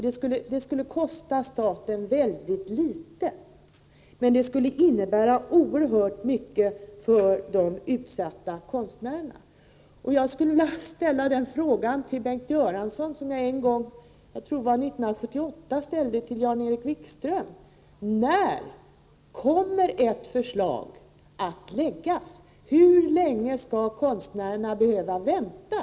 Det skulle kosta staten väldigt litet, men det skulle innebära oerhört mycket för de konstnärer det gäller. Jag skulle vilja ställa den fråga till Bengt Göransson som jag en gång — jag tror det var 1978 — ställde till Jan-Erik Wikström: När kommer ett förslag att läggas? Hur länge skall konstnärerna behöva vänta?